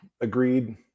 agreed